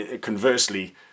conversely